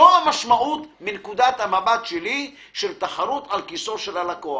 זאת המשמעות מנקודת המבט שלי של תחרות על כיסו של הלקוח.